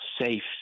safe